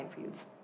fields